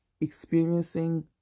experiencing